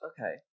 Okay